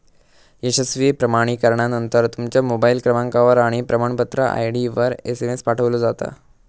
यशस्वी प्रमाणीकरणानंतर, तुमच्या मोबाईल क्रमांकावर आणि प्रमाणपत्र आय.डीवर एसएमएस पाठवलो जाता